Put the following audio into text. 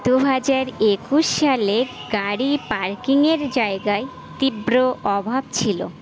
দু হাজার একুশ সালের গাড়ি পার্কিংয়ের জায়গায় তীব্র অভাব ছিল